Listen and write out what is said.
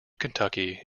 kentucky